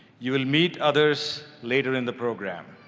you'll meet others later in the program.